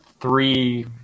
three